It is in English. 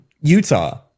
utah